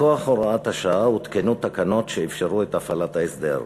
מכוח הוראת השעה הותקנו תקנות שאפשרו את הפעלת ההסדר.